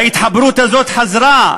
וההתחברות הזאת חזרה,